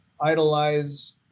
idolize